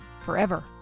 Forever